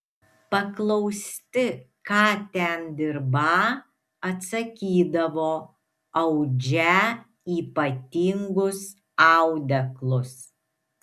paklausti ką ten dirbą atsakydavo audžią ypatingus audeklus